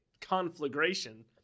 conflagration